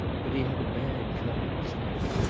but he had a bad cut on his head.